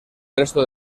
resto